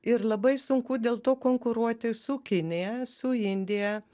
ir labai sunku dėl to konkuruoti su kinija su indija